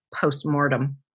post-mortem